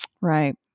Right